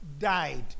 died